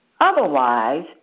Otherwise